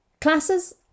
Classes